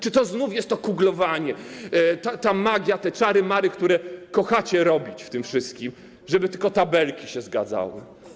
Czy to znów jest to kuglowanie, ta magia, te czary-mary, które kochacie robić w tym wszystkim, żeby tylko tabelki się zgadzały?